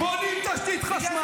בגלל זה השארתם את כסיף.